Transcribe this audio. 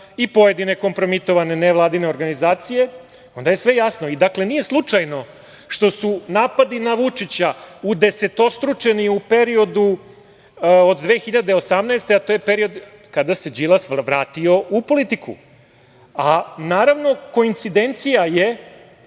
i pojedine kompromitovane nevladine organizacije, onda je sve jasno. Dakle, nije slučajno što su napadi na Vučića udesetostručeni u periodu od 2018. godine, a to je period kada se Đilas vratio u politiku, a naravno koincidencija je